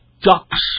ducks